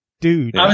Dude